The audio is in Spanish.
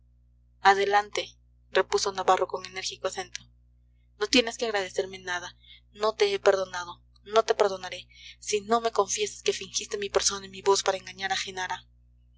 adelante repuso navarro con enérgico acento no tienes que agradecerme nada no te he perdonado no te perdonaré si no me confiesas que fingiste mi persona y mi voz para engañar a genara